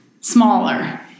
smaller